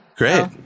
Great